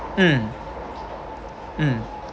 mm mm